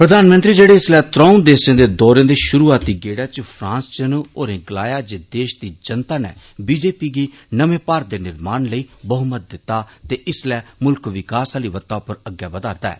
प्रधानमंत्री जेहडे इस्सले अपने त्रौंऊ देसें दे दौरे दे शुरुआती गेडा च फ्रांस च न होरें गलाया जे देश दी जनता नै बी जे पी गी नमें भारत दे निर्माण लेई बहुमत दिता ते इस्सलै मुल्ख विकास आली बत्ता उप्पर अग्गै बदा'रदा ऐ